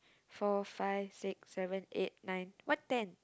four five six seven eight nine what ten